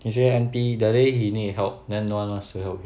he say N_P that day he need help then no one wants to help him